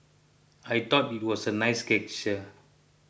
I thought it was a nice gesture